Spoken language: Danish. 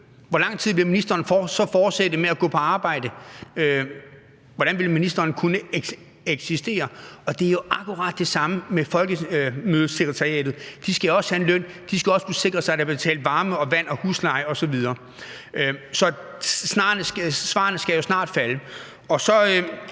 Hvor lang tid ville ministeren så fortsætte med at gå på arbejde? Hvordan ville ministeren kunne eksistere? Og det er jo akkurat det samme med Folkemødets sekretariat – de skal også have en løn; de skal også kunne sikre sig, at der bliver betalt varme, vand og husleje. Svarene skal jo snart falde. Så